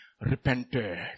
repented